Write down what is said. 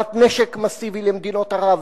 בהזרמת נשק מסיבי למדינות ערב,